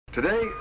Today